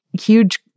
huge